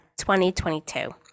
2022